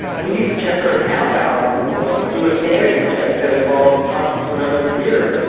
we need to check our account balance or do a sanity check that involves talking to another computer.